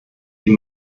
die